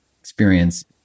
experience